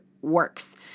works